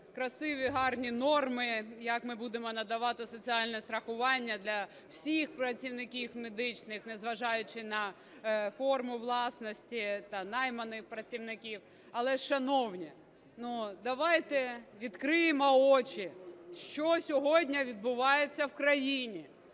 красиві, гарні норми, як ми будемо надавати соціальне страхування для всіх працівників медичних, незважаючи на форму власності та найманих працівників. Але, шановні, ну, давайте відкриємо очі, що сьогодні відбувається в країні.